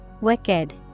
Wicked